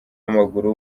w’amaguru